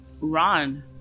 Ron